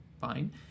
fine